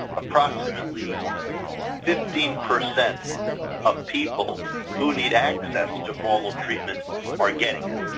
approximately fifteen percent of people who need access to formal treatment are getting it.